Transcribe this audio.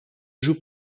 joue